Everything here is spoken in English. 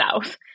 south